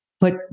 put